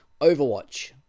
Overwatch